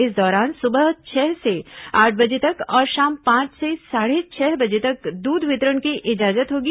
इस दौरान सुबह छह से आठ बजे तक और शाम पांच से साढ़े छह बजे तक दूध वितरण की इजाजत होगी